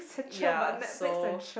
ya so